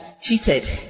cheated